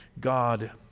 God